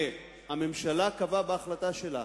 הממשלה קבעה בהחלטה שלה,